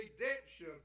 redemption